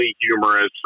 humorous